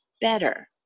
better